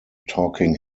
talking